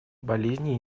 болезней